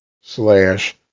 slash